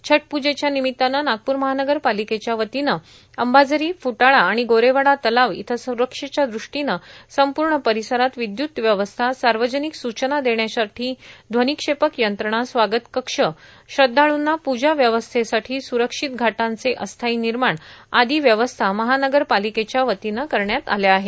छठ पूजेच्या निमित्ताने नागपूर महानगरपालिकेच्या वतीने अंबाझरी फ्टाळा आणि गोरेवाडा तलाव इथं स्रक्षेच्या दृष्टीने संपूर्ण परिसरात विदयुत व्यवस्था सार्वजनिक सूचना देण्यासाठी ध्वनिक्षेपक यंत्रणा स्वागत कक्ष श्रद्वाळूंना पूजा व्यवस्थेसाठी सुरक्षित घाटांचे अस्थायी निर्माण आदी व्यवस्था महानगरपालिकेच्या वतीने करण्यात आले आहे